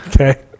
Okay